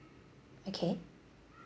okay